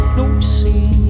noticing